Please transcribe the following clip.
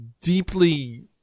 deeply